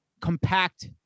compact